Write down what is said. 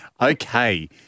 Okay